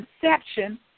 conception